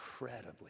incredibly